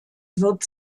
wird